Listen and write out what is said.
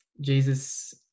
Jesus